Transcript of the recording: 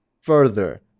further